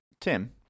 Tim